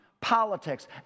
politics